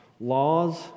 laws